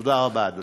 תודה רבה, אדוני.